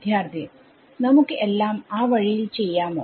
വിദ്യാർത്ഥി നമുക്ക് എല്ലാം ആ വഴിയിൽ ചെയ്യാമോ